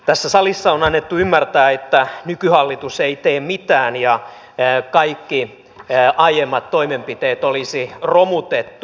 tässä salissa on annettu ymmärtää että nykyhallitus ei tee mitään ja kaikki aiemmat toimenpiteet olisi romutettu